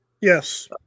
Yes